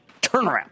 turnaround